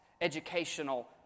educational